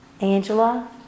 Angela